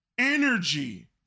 energy